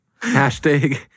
Hashtag